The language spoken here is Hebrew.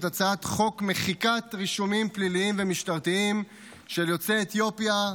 את הצעת חוק מחיקת רישומים פליליים ומשטרתיים של יוצאי אתיופיה,